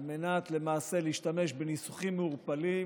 כדי להשתמש בניסוחים מעורפלים,